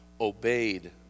obeyed